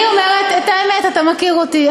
אני אומרת את האמת, אתה מכיר אותי.